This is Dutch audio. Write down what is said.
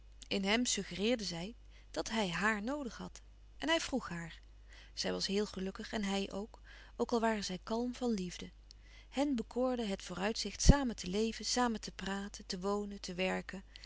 in hem suggereerde zij dat hij haar noodig had en hij vroeg haar zij was heel gelukkig en hij ook ook al waren zij kalm van liefde hen bekoorde het vooruitzicht samen te leven samen te praten te wonen te werken